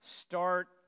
start